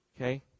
okay